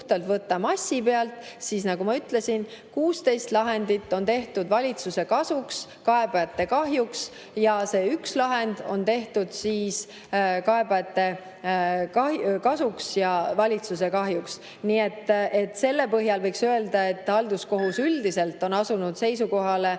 puhtalt massi pealt võtta, siis nagu ma ütlesin, 16 lahendit on tehtud valitsuse kasuks ja kaebajate kahjuks ning see üks lahend on tehtud kaebajate kasuks ja valitsuse kahjuks. Selle põhjal võiks öelda, et halduskohus on üldiselt asunud seisukohale,